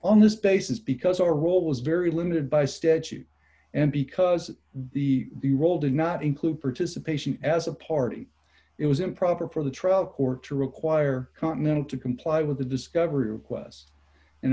one this basis because our role is very limited by statute and because the the role did not include participation as a party it was improper for the trial court to require continental to comply with the discovery of ques and